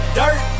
dirt